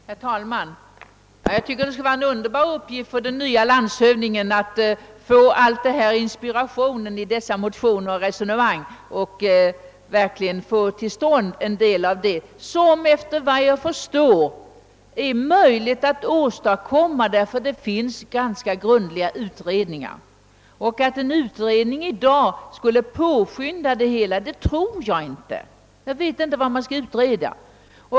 Herr talman! Jag tycker det skulle vara en' underbar uppgift för den nye landshövdingen att, inspirerad av dessa motioner och resonemang, verkligen försöka få till stånd en del av det som torde vara möjligt att åstadkomma, eftersom det finns ganska grundliga utredningar. Jag tror inte att en utredning i dag skulle påskynda det hela. Vad skall man utreda?